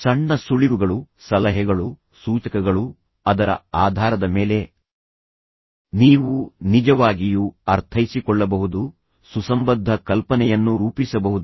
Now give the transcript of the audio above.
ಸಣ್ಣ ಸುಳಿವುಗಳು ಸಲಹೆಗಳು ಸೂಚಕಗಳು ಅದರ ಆಧಾರದ ಮೇಲೆ ನೀವು ನಿಜವಾಗಿಯೂ ಅರ್ಥೈಸಿಕೊಳ್ಳಬಹುದು ಸುಸಂಬದ್ಧ ಕಲ್ಪನೆಯನ್ನು ರೂಪಿಸಬಹುದು